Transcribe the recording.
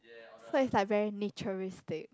so it's like very naturistic